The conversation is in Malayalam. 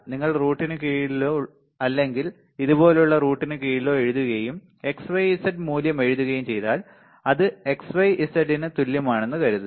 നിങ്ങൾ റൂട്ടിന് കീഴിലോ അല്ലെങ്കിൽ ഇതുപോലുള്ള റൂട്ടിന് കീഴിലോ എഴുതുകയും x y z മൂല്യം എഴുതുകയും ചെയ്താൽ അത് x y z ന് തുല്യമാണെന്ന് കരുതുന്നു